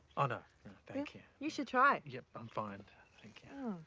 and thank you. you should try it. yep i'm fine. thank you.